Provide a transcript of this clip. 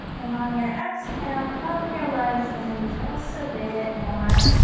and on your exhale hug your legs in just a bit more